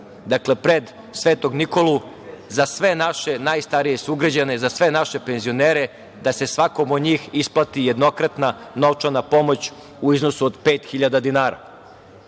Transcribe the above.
decembra pred Sv. Nikolu za sve naše najstarije sugrađane, za sve naše penzionere, da se svakom od njih isplati jednokratna novčana pomoć u iznosu od 5.000 dinara. To